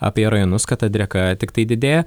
apie rajonus kad ta drieka tiktai didėja